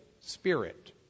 spirit